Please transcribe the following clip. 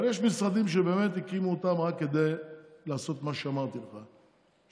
אבל יש משרדים שבאמת הקימו אותם רק כדי לעשות מה שאמרתי לך,